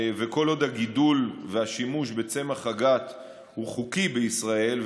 וכל עוד גידול צמח הגת והשימוש בצמח הגת הם חוקיים בישראל,